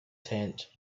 tent